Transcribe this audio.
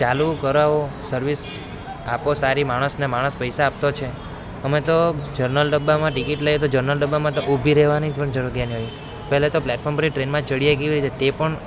ચાલુ કરાવો સર્વિસ આપો સારી માણસને માણસ પૈસા આપે છે અમે તો જનરલ ડબ્બામાં ટિકિટ લઈએ તો જનરલ ડબ્બામાં તો ઊભા રહેવાની પણ જગ્યા નહીં હોય પહેલાં તો પ્લેટફોર્મ પર ટ્રેનમાં ચડીએ કેવી રીતે તે પણ